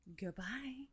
Goodbye